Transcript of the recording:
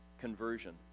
conversion